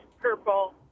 purple